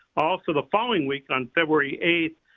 also, the following week, on february eighth,